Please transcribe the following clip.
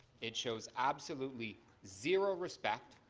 it shows absolutely zero respect